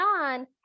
on